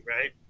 right